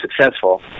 successful